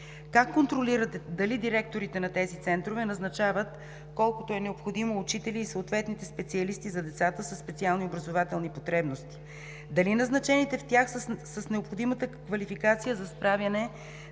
Как контролирате дали директорите на центрове назначават колкото са необходими учители и съответни специалисти за децата със специални образователни потребности? Дали назначените в тях са с необходимата квалификация за справяне